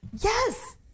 Yes